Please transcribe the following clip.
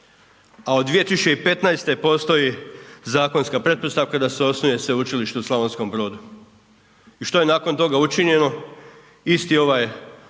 A od 2015. postoji zakonska pretpostavka da se osnuje Sveučilište u Slavonskom Brodu. I što je nakon toga učinjeno? Isti ovaj rektor